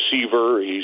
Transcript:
receiver